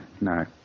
no